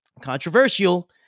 controversial